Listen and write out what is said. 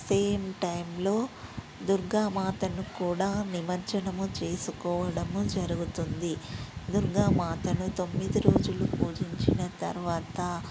same టైంలో దుర్గా మాతను కూడా నిమజ్జనం చేసుకోవడము జరుగుతుంది దుర్గా మాతను తొమ్మిది రోజులు పూజించిన తర్వాత